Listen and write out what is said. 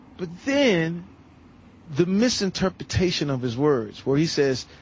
but then the misinterpretation of his words, where he says,